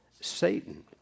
Satan